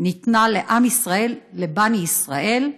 ניתנה לעם ישראל, (אומרת בערבית: בני ישראל,